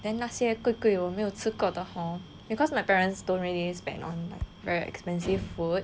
then 那些贵贵我没有吃过的 hor because my parents don't really spend on like very expensive food